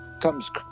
comes